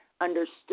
understood